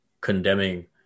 condemning